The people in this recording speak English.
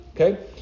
okay